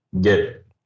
get